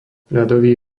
ľadový